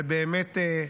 ובאמת,